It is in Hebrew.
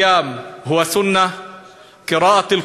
הכנסת דב חנין.